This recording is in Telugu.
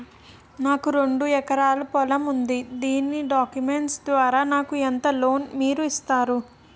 నాకు రెండు ఎకరాల పొలం ఉంది దాని డాక్యుమెంట్స్ ద్వారా నాకు ఎంత లోన్ మీరు ఇస్తారు?